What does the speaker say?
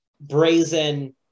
brazen